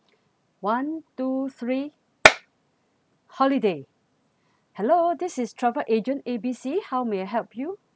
one two three holiday hello this is travel agent A B C how may I help you